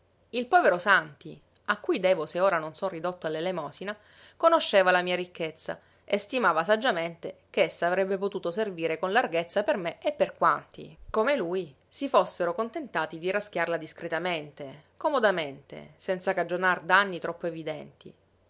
il povero santi a cui devo se ora non son ridotto all'elemosina conosceva la mia ricchezza e stimava saggiamente ch'essa avrebbe potuto servire con larghezza per me e per quanti come lui si fossero contentati di raschiarla discretamente comodamente senza cagionar danni troppo evidenti